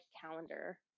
calendar